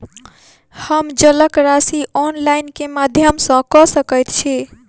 हम जलक राशि ऑनलाइन केँ माध्यम सँ कऽ सकैत छी?